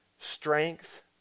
strength